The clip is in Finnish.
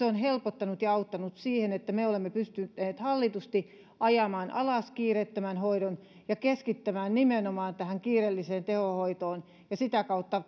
on helpottanut ja auttanut siihen että me olemme pystyneet hallitusti ajamaan alas kiireettömän hoidon ja keskittämään nimenomaan tähän kiireelliseen tehohoitoon ja sitä kautta